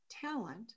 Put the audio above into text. talent